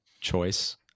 choice